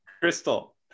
Crystal